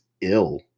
ill